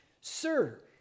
Sir